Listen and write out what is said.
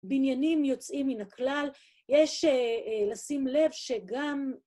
בניינים יוצאים מן הכלל, יש לשים לב שגם...